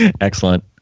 Excellent